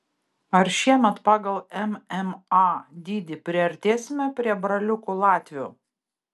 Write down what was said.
ar šiemet pagal mma dydį priartėsime prie braliukų latvių